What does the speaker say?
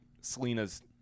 Selena's